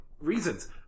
reasons